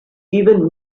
even